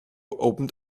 opened